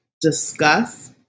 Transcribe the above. discuss